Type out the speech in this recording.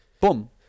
Boom